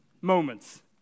moments